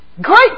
Great